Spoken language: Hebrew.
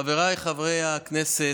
חבריי חברי הכנסת,